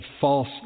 false